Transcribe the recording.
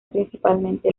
principalmente